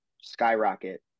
skyrocket